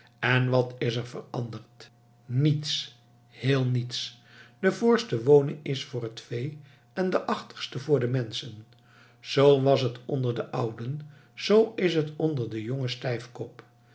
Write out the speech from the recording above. en wat is er veranderd niets heel niets de voorste woning is voor het vee en de achterste voor de menschen z was het onder den ouden z is het onder den jongen